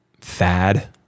fad